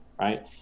right